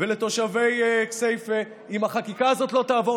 ולתושבי כסייפה: אם החקיקה הזאת לא תעבור,